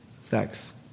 sex